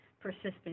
persistent